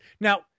Now